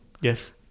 Yes